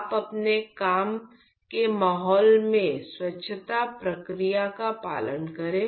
आप अपने काम के माहौल में स्वच्छता प्रक्रिया का पालन करें